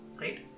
Right